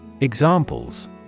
Examples